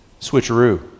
Switcheroo